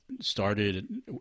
started